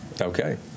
Okay